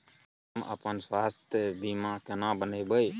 हम अपन स्वास्थ बीमा केना बनाबै?